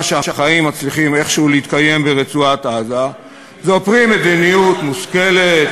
שהחיים מצליחים איכשהו להתקיים ברצועת-עזה הן פרי מדיניות מושכלת,